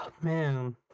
man